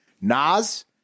Nas